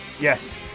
Yes